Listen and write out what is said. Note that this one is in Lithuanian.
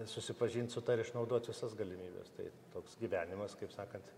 susipažint su ta ir išnaudot visas galimybes tai toks gyvenimas kaip sakant